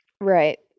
Right